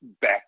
back